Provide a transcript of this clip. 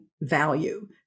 value